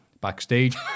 backstage